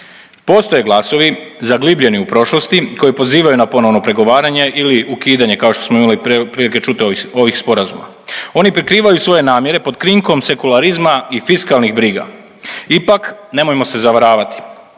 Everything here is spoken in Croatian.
Postoje glasovi zaglibljeni u prošlosti koji pozivaju na ponovno pregovaranje ili ukidanje, kao što smo imali prilike čuti, ovih sporazuma. Oni prikrivaju svoje namjere pod krinkom sekularizma i fiskalnih briga. Ipak, nemojmo se zavaravati,